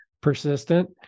persistent